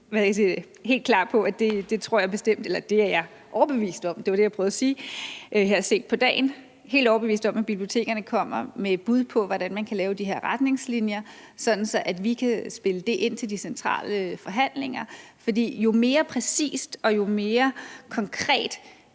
er, at bibliotekerne kommer velforberedt. Jeg er helt overbevist om, at bibliotekerne kommer med et bud på, hvordan man kan lave de her retningslinjer, sådan at vi kan spille det ind til de centrale forhandlinger. For jo mere præcist og jo mere konkret